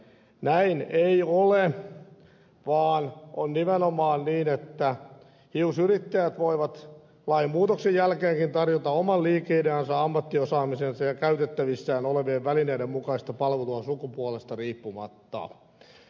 näin ei ole vaan on nimenomaan niin että hiusyrittäjät voivat lainmuutoksen jälkeenkin tarjota oman liikeideansa ammattiosaamisensa ja käytettävissään olevien välineiden mukaista palvelua sukupuolesta riippumatta